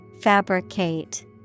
Fabricate